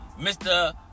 Mr